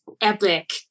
epic